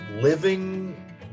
living